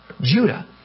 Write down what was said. Judah